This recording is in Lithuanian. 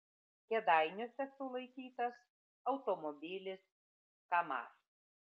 kėdainiuose sulaikytas automobilis kamaz